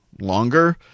longer